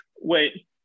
Wait